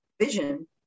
vision